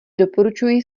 doporučuji